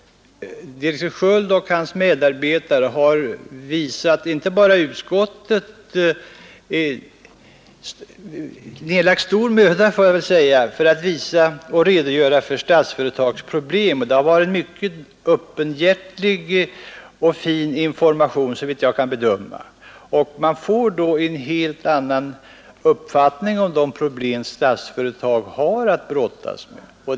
Direktör Sköld och hans medarbetare har lagt ned stor möda på att redogöra för Statsföretags problem. Det har varit en mycket öppenhjärtig och fin information, så vitt jag kan bedöma, och tack vare den har vi fått en helt annan uppfattning om de problem Statsföretag har att brottas med.